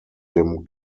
dem